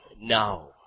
now